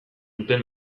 duten